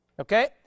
okay